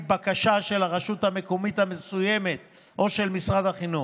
בקשה של הרשות המקומית המסוימת או של משרד החינוך,